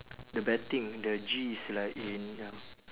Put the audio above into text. the betting the G is like in ya